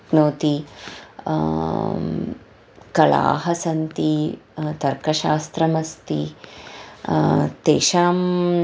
नेति कलाः सन्ति तर्कशास्त्रमस्ति तेषां